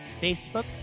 Facebook